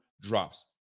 drops